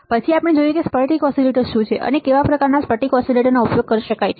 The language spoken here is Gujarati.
પછી આપણે જોયું કે સ્ફટિક ઓસિલેટર શું છે અને કેવા પ્રકારના સ્ફટિક ઓસિલેટરનો ઉપયોગ કરી શકાય છે